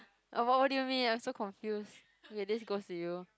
oh what do you mean I'm so confused okay this goes to you